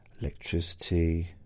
Electricity